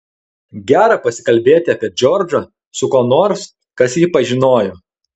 gera pasikalbėti apie džordžą su kuo nors kas jį pažinojo